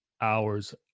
hours